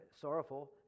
sorrowful